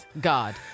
God